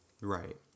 right